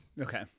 Okay